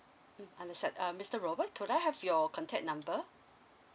mm understand uh mister robert could I have your contact number